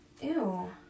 Ew